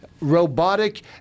robotic